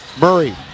Murray